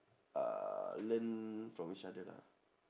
uh learn from each other lah